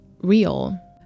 real